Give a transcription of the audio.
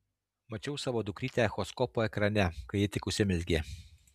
mačiau savo dukrytę echoskopo ekrane kai ji tik užsimezgė